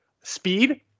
speed